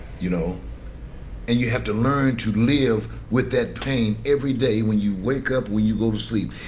you know and you have to learn to live with that pain every day when you wake up, when you go to sleep.